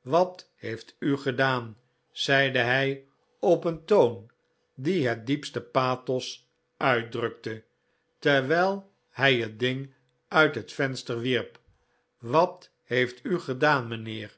wat heeft u gedaan zeide hij op een toon die het diepste pathos uitdrukte terwijl hij het ding uit het venster wierp wat heeft u gedaan mijnheer